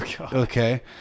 Okay